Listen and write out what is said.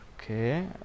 Okay